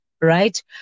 Right